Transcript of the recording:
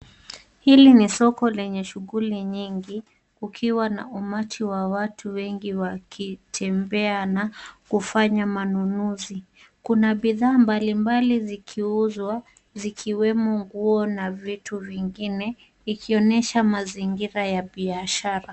Hili ni soko lenye shughuli nyingi kukiwa na umati wa watu wengi wakitembea na kufanya manunuzi. Kuna bidhaa mbalimbali zikiuzwa, zikiwemo nguo na vitu vingine, ikionyesha mazingira ya biashara.